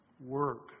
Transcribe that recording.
work